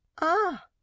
Ah